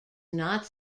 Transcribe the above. not